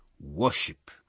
worship